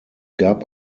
gab